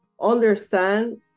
understand